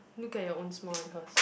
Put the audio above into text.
look at your own smile and hers